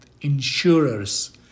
insurers